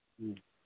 ꯎꯝ